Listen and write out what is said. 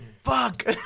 Fuck